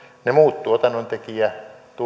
ne muut tuotannontekijätulot